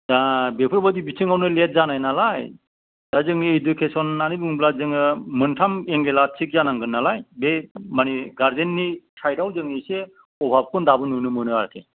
दा बेफोर बादि बिथिङावनो लेट जानाय नालाय दा जोंनि इडुकेसन होन्नानै बेङोब्ला जोङो मोन्थाम एंगेलया थिख जानांगोन नालाय बे मानि गार्जेननि साइड आव जों एसे आबाबखौनो जों दाबो नुनो मोनो आरखि